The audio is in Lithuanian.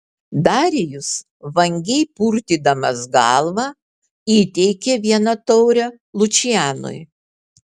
darijus vangiai purtydamas galvą įteikė vieną taurę lučianui